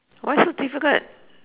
why so difficult